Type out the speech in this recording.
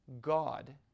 God